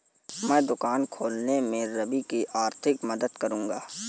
मैं दुकान खोलने में रवि की आर्थिक मदद करूंगा